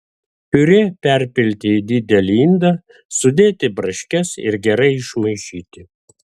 piurė perpilti į didelį indą sudėti braškes ir gerai išmaišyti